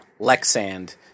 Lexand